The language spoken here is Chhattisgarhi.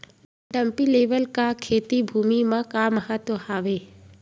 डंपी लेवल का खेती भुमि म का महत्व हावे?